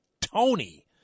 Tony